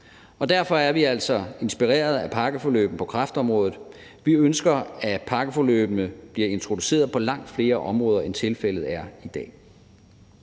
Derfor er vi altså inspireret af pakkeforløbene på kræftområdet. Vi ønsker, at pakkeforløbene bliver introduceret på langt flere områder, end det er tilfældet i dag.